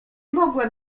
mogłem